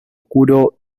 oscuro